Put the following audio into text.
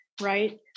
right